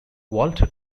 walter